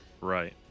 Right